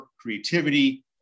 creativity